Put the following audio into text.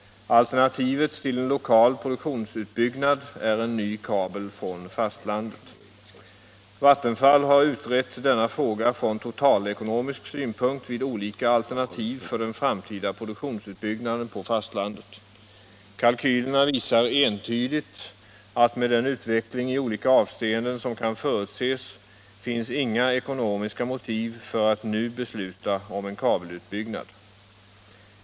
Alternativet till en lokal produktionsutbyggnad är en ny kabel från fastlandet. Vattenfall har utrett denna fråga från totalekonomisk synpunkt vid olika alternativ för den framtida produktionsutbyggnaden på fastlandet. Kalkylerna visar entydigt att med den utveckling i olika avseenden som kan förutses finns inga ekonomiska motiv för att nu besluta om en kabelutbyggnad.